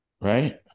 right